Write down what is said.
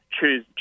choose